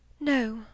No